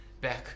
back